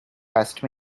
asked